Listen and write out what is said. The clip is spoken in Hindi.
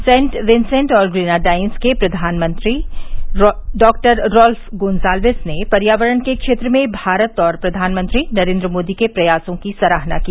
सेंट विंसेंट और ग्रेनाडाइंस के प्रघानमंत्री डॉक्टर रॉल्फ गोंजाल्वेज ने पर्यावरण के क्षेत्र में भारत सरकार और प्रधानमंत्री नरेन्द्र मोदी के प्रयासों की सराहना की